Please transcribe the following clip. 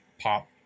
pop